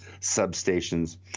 substations